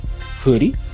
hoodie